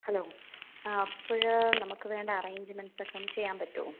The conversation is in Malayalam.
ഹലോ ആ അപ്പോൾ നമുക്ക് വേണ്ട അറേഞ്ച്മെൻറ്സൊക്കെയൊന്നു ചെയ്യാൻ പറ്റുമോ